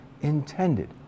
intended